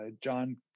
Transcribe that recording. John